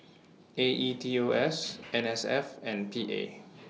A E T O S N S F and P A